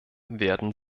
werden